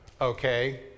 okay